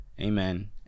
Amen